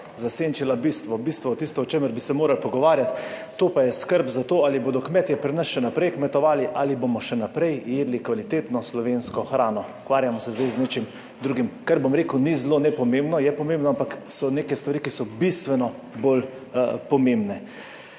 zasenčila bistvo, bistvo, tisto, o čemer bi se morali pogovarjati, to pa je skrb za to, ali bodo kmetje pri nas še naprej kmetovali, ali bomo še naprej jedli kvalitetno slovensko hrano. Ukvarjamo se zdaj z nečim drugim, kar, bom rekel, ni zelo nepomembno. Je pomembno, ampak so neke stvari, ki so bistveno bolj pomembne.